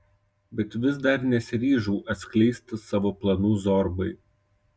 bet vis dar nesiryžau atskleisti savo planų zorbai